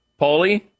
Paulie